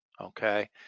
Okay